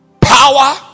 power